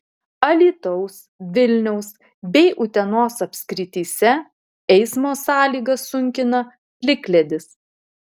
alytaus vilniaus bei utenos apskrityse eismo sąlygas sunkina plikledis